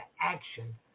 action